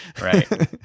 right